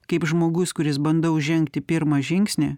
kaip žmogus kuris bandau žengti pirmą žingsnį